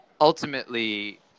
ultimately